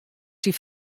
syn